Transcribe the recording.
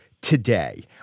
today